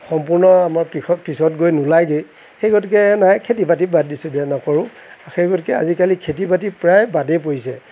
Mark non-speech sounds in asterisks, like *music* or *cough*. সম্পূৰ্ণ আমাৰ *unintelligible* পিছত গৈ নোলাইগৈ সেই গতিকে নাই খেতি বাটি বাদ দিছোঁ দে নকৰোঁ সেই গতিকে আজিকালি খেতি বাতি প্ৰায় বাদেই পৰিছে